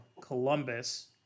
Columbus